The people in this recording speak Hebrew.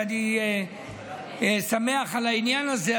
ואני שמח על העניין הזה.